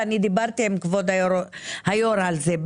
ואני דיברתי עם כבוד היו"ר על זה,